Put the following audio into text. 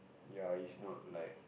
ya it's not like